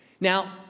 Now